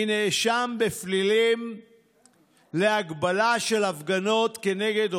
בניגוד לכל ההבטחות כחול לבן נכנסו לממשלה,